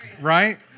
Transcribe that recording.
Right